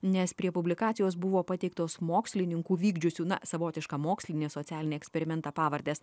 nes prie publikacijos buvo pateiktos mokslininkų vykdžiusių na savotišką mokslinį socialinį eksperimentą pavardės